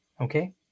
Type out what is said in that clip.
okay